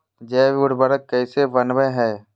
जैव उर्वरक कैसे वनवय हैय?